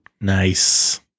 Nice